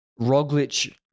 Roglic